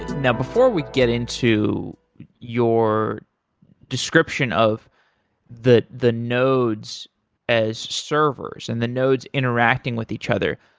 now before we get into your description of the the nodes as servers and the nodes interacting with each other,